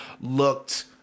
Looked